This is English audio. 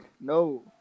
no